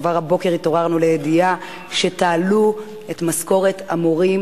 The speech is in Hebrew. כבר הבוקר התעוררנו לידיעה שתעלו את משכורות המורים,